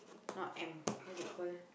not M what's it call